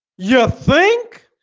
yeah think